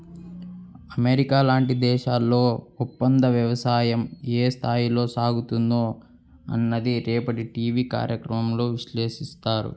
America లాంటి దేశాల్లో ఒప్పందవ్యవసాయం ఏ స్థాయిలో సాగుతుందో అన్నది రేపటి టీవీ కార్యక్రమంలో విశ్లేషిస్తారు